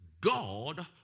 God